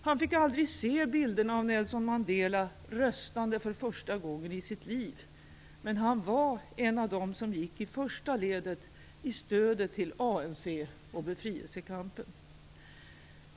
Han fick aldrig se bilderna av Nelson Mandela, röstande för första gången i sitt liv. Men han var en av dem som gick i första ledet i stödet till ANC och befrielsekampen.